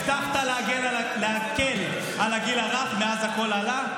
הבטחת להקל על הגיל הרך, מאז הכול עלה.